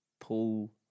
pool